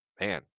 Man